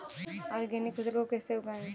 Organic फसल को कैसे उगाएँ?